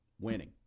Winning